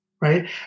Right